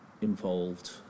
involved